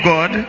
God